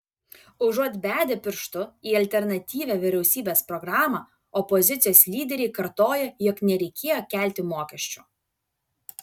užuot bedę pirštu į alternatyvią vyriausybės programą opozicijos lyderiai kartoja jog nereikėjo kelti mokesčių